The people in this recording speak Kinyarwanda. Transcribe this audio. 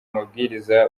mabwiriza